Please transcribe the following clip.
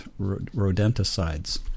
rodenticides